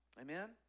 Amen